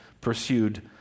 pursued